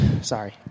Sorry